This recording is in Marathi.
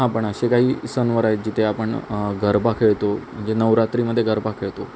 हां पण असे काही सणवार आहेत जिथे आपण गरबा खेळतो म्हणजे नवरात्रीमध्ये गरबा खेळतो